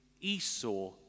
Esau